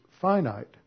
finite